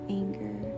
anger